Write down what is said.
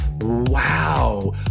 wow